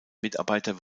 mitarbeiter